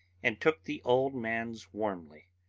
and took the old man's warmly.